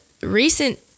recent